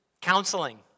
Counseling